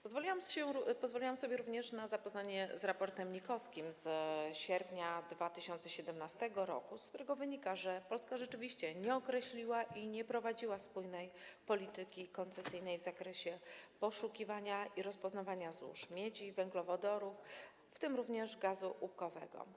Pozwoliłam sobie również na zapoznanie się z raportem NIK z sierpnia 2017 r., z którego wynika, że Polska rzeczywiście nie określiła i nie prowadziła spójnej polityki koncesyjnej w zakresie poszukiwania i rozpoznawania złóż miedzi, węglowodorów, w tym również gazu łupkowego.